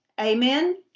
Amen